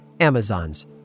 Amazons